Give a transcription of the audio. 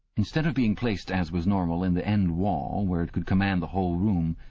instead of being placed, as was normal, in the end wall, where it could command the whole room,